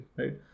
right